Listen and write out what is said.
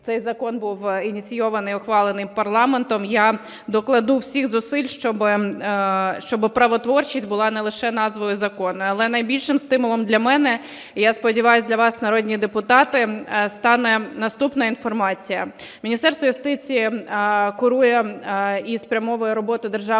цей закон був ініційований, ухвалений парламентом. Я докладу всіх зусиль, щоб правотворчість була не лише назвою закону. Але найбільшим стимулом для мене, я сподіваюсь, для вас, народні депутати, стане наступна інформація. Міністерство юстиції курує і спрямовує роботу Державної